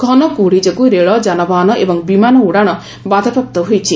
ଘନ କୁହୁଡ଼ି ଯୋଗୁଁ ରେଳ ଯାନବାହନ ଏବଂ ବିମାନ ଉଡ଼ାଶ ବାଧାପ୍ରାପ୍ତ ହୋଇଛି